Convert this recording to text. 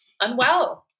unwell